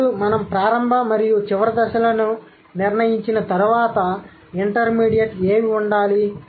ఇప్పుడు మనం ప్రారంభ మరియు చివరి దశలను నిర్ణయించిన తర్వాత ఇంటర్మీడియట్ ఏవి ఉండాలి